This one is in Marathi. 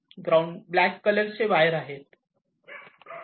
ग्राउंड ब्लॅक कलर चे वायर आहे